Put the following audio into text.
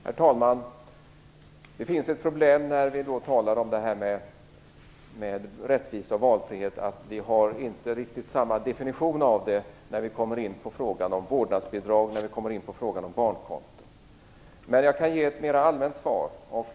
Herr talman! Det finns när vi talar om rättvisa och valfrihet ett problem, nämligen att vi inte har riktigt samma definition av dessa begrepp när vi kommer in på frågorna om vårdnadsbidrag och barnkonton. Men jag kan ge ett mera allmänt svar.